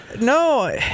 No